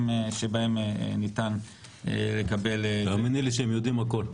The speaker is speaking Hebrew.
שבהם ניתן לקבל --- תאמיני לי שהם יודעים הכל.